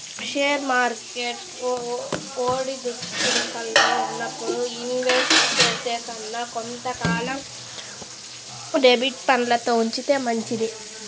share market ఒడిదుడుకుల్లో ఉన్నప్పుడు invest చేసే కన్నా కొంత కాలం డెబ్ట్ ఫండ్లల్లో ఉంచితే మంచిది